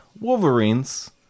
wolverines